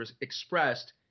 expressed